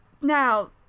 Now